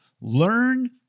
learn